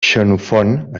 xenofont